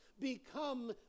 become